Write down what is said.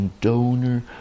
donor